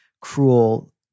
cruel